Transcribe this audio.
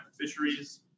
Fisheries